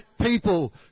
people